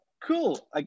cool